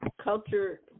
culture